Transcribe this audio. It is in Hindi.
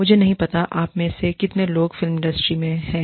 मुझे नहीं पता आप में से कितने लोग फिल्म इंडस्ट्री में हैं